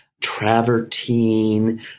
travertine